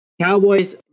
Cowboys